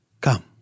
come